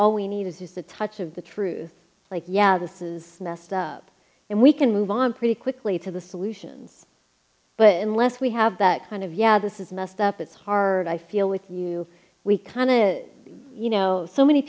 all we need is the touch of the truth like yeah this is messed up and we can move on pretty quickly to the solutions but unless we have that kind of yeah this is messed up it's hard i feel with new we kind of you know so many